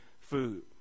food